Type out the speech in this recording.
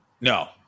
No